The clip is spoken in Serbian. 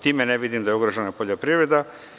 Time ne vidim da je ugrožena poljoprivreda.